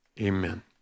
amen